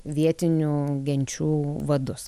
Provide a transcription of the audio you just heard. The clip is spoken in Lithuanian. vietinių genčių vadus